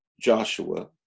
Joshua